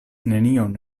nenion